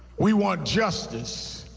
we want justice,